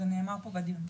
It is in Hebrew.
זה נאמר פה בדיון.